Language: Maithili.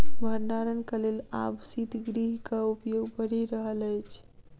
भंडारणक लेल आब शीतगृहक उपयोग बढ़ि रहल अछि